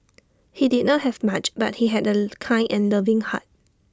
he did not have much but he had A kind and loving heart